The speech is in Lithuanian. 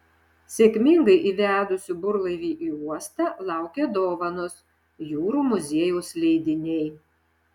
sėkmingai įvedusių burlaivį į uostą laukia dovanos jūrų muziejaus leidiniai